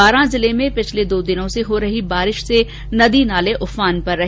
बारा जिले में पिछले दो दिन से हो रही बारिश से नदी नाले उफान पर रहे